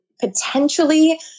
potentially